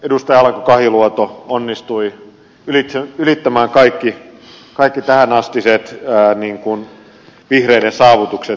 alanko kahiluoto onnistui ylittämään kaikki tähänastiset vihreiden saavutukset